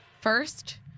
First